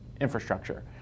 infrastructure